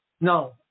No